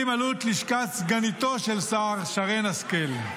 עלות לשכת סגניתו של סער, שרן השכל.